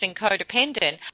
codependent